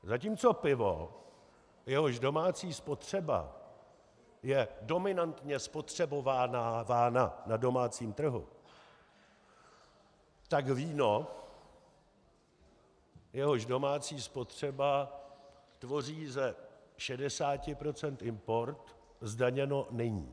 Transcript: Zatímco pivo, jehož domácí spotřeba je dominantně spotřebovávána na domácím trhu, tak víno, jehož domácí spotřeba tvoří z šedesáti procent import, zdaněno není.